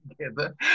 together